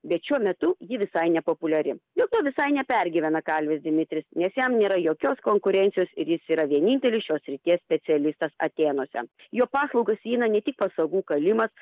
bet šiuo metu ji visai nepopuliari jau visai nepergyvena kalvis dimitris nes jam nėra jokios konkurencijos ir jis yra vienintelis šios srities specialistas atėnuose į jo paslaugas įeina ne tik pasagų kalimas